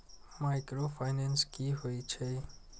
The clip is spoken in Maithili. माइक्रो फाइनेंस कि होई छै?